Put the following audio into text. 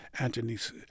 Antony's